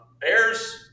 bears